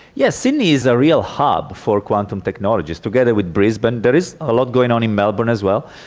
yes, sydney is a real hub for quantum technologies, together with brisbane, there is a lot going on in melbourne as well.